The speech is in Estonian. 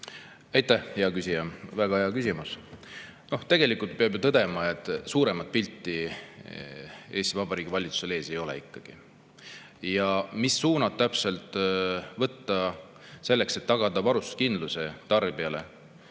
Aitäh, hea küsija! Väga hea küsimus. Tegelikult peab ju tõdema, et suurt pilti Eesti Vabariigi valitsusel ees ikkagi ei ole. Mis suunad täpselt võtta selleks, et tagada varustuskindlus tarbijale?